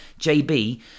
JB